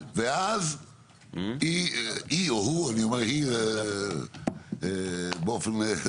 ואז היא או הוא אני אומר היא עוברת למישהו אחר.